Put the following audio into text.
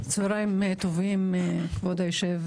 צוהריים טובים כבוד היו"ר,